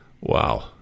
wow